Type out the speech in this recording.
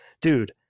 Dude